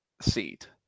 seat